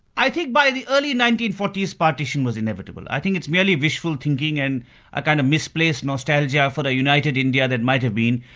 i think by the early nineteen forty s, partition was inevitable. i think it's merely wishful thinking and a kind of misplaced nostalgia for the united india that might have been,